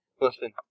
Listen